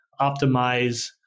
optimize